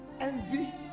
envy